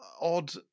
odd